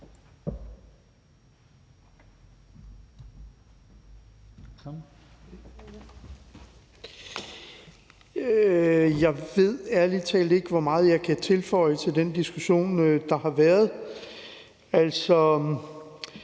Jeg ved ærlig talt ikke, hvor meget jeg kan tilføje til den diskussion, der har været.